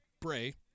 Bray